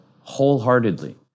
wholeheartedly